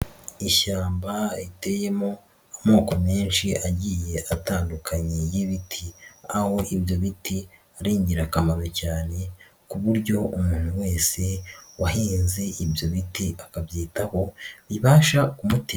Ishyamba riteyemo amoko menshi agiye atandukanye y'ibiti, aho ibyo biti ari ingirakamaro cyane ku buryo umuntu wese wahinze ibyo biti akabyitaho bibasha kumutera.